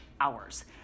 hours